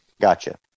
gotcha